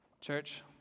Church